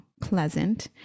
pleasant